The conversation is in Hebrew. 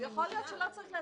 יכול להיות שבכלל